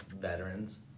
veterans